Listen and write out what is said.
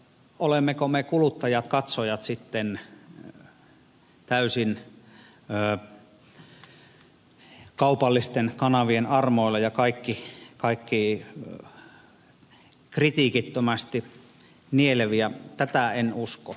olemmeko me kuluttajat katsojat sitten täysin kaupallisten kanavien armoilla ja kaikki kritiikittömästi nieleviä tätä en usko